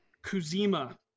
Kuzima